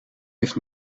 heeft